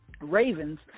Ravens